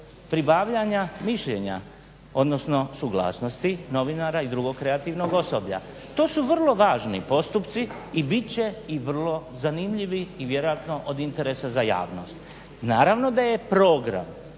pribavljanja mišljenja odnosno suglasnosti novinara i drugog kreativnog osoblja. To su vrlo važni postupci i bit će i vrlo zanimljivi i vjerojatno od interesa za javnost. Naravno da je program